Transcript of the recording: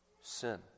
sin